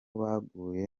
baguye